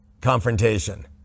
confrontation